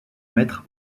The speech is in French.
mètre